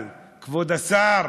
אבל כבוד השר,